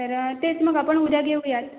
तरं तेच मग आपण उद्या घेऊयात